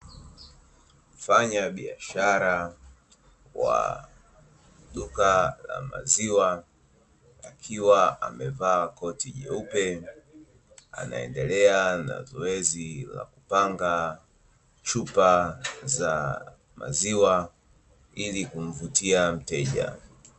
Mfanyabiashara wa duka la maziwa akiwa amevaa koti jeupe, anaendelea na zoezi la kupanga chupa za maziwa ili kumvutia mteja.